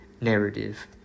narrative